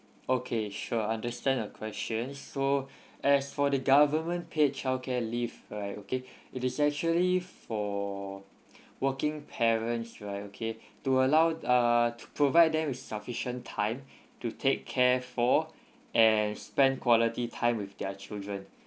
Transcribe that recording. okay sure understand your questions so as for the government paid childcare leave right okay it is actually for working parents right okay to allow uh provide them with sufficient time to take care for and spend quality time with their children